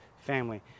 family